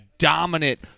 Dominant